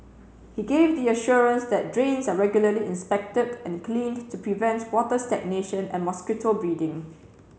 he gave the assurance that drains are regularly inspected and cleaned to prevent water stagnation and mosquito breeding